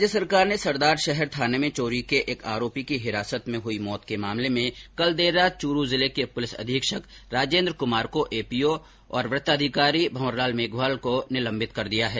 राज्य सरकार ने सरदारशहर थाने में चोरी के एक आरोपी की हिरासत में हुई मौत के मामले में कल देर रात चूरू जिले के पुलिस अधीक्षक राजेन्द्र कुमार को एपीओ और वृत्ताधिकारी भवर लाल मेघवाल को निलंबित कर दिया है